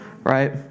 right